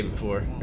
for